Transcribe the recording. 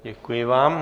Děkuji vám.